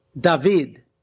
David